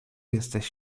jesteś